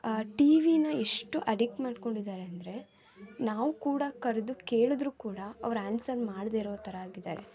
ಟಿವೀನ ಎಷ್ಟು ಅಡಿಕ್ಟ್ ಮಾಡ್ಕೊಂಡಿದ್ದಾರೆ ಅಂದರೆ ನಾವು ಕೂಡ ಕರೆದು ಕೇಳಿದರು ಕೂಡ ಅವ್ರು ಆನ್ಸರ್ ಮಾಡದೆ ಇರೋ ಥರ ಆಗಿದ್ದಾರೆ